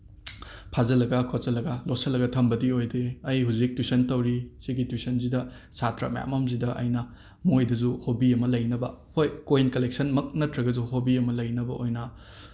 ꯐꯥꯖꯤꯜꯂꯒ ꯈꯣꯠꯆꯤꯜꯂꯒ ꯂꯣꯠꯁꯤꯜꯂꯒ ꯊꯝꯕꯗꯤ ꯑꯣꯏꯗꯦ ꯑꯩ ꯍꯧꯖꯤꯛ ꯇꯨꯏꯁꯟ ꯇꯧꯔꯤ ꯁꯤꯒꯤ ꯇꯨꯏꯁꯟꯁꯤꯗ ꯁꯥꯇ꯭ꯔ ꯃꯌꯥꯝ ꯑꯃꯁꯤꯗ ꯑꯩꯅ ꯃꯣꯏꯗꯁꯨ ꯍꯣꯕꯤ ꯑꯃ ꯂꯩꯅꯕ ꯍꯣꯏ ꯀꯣꯏꯟ ꯀꯂꯦꯛꯁꯟꯃꯛ ꯅꯠꯇ꯭ꯔꯒꯁꯨ ꯍꯣꯕꯤ ꯑꯃ ꯂꯩꯅꯕ ꯑꯣꯏꯅ